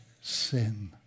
sin